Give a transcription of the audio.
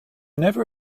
never